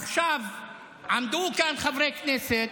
עמדו כאן חברי כנסת.